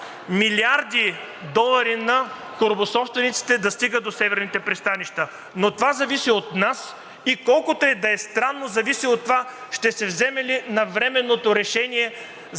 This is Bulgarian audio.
милиарди долари на корабособствениците да стигат до северните пристанища, но това зависи от нас. И колкото и да е странно, зависи от това ще се вземе ли навременното решение